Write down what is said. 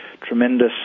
tremendous